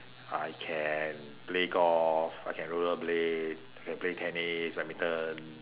I can play golf I can rollerblade I can play tennis badminton